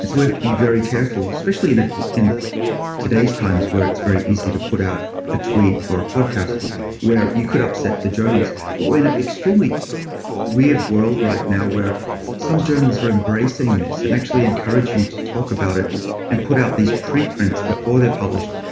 have to be very careful especially in ah in today's times where it's very easy to put out a tweet or a podcast where you could upset the journals but we're in an extremely weird world right now where some journals are embracing this and actually encourage you to talk about it and put out these pre-prints before they publish.